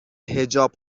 حجاب